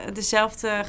dezelfde